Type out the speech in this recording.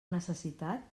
necessitat